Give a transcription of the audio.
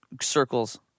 circles